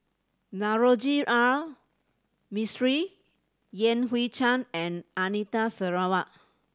Navroji R Mistri Yan Hui Chang and Anita Sarawak